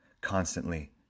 constantly